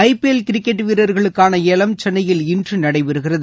IPL cricket வீரர்களுக்கான ஏலம் சென்னையில் இன்று நடைபெறுகிறது